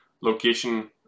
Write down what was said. location